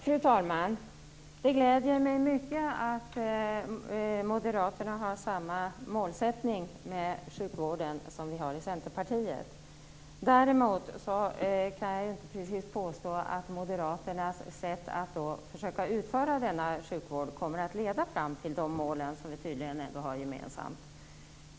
Fru talman! Det gläder mig mycket att Moderaterna har samma målsättning med sjukvården som vi i Centerpartiet. Däremot kan jag inte precis påstå att Moderaternas sätt att försöka utföra denna sjukvård kommer att leda fram till de mål som vi tydligen ändå har gemensamt.